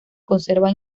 conserva